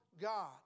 God